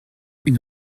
une